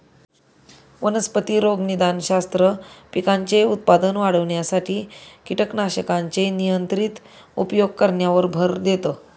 वनस्पती रोगनिदानशास्त्र, पिकांचे उत्पादन वाढविण्यासाठी कीटकनाशकांचे नियंत्रित उपयोग करण्यावर भर देतं